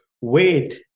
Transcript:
wait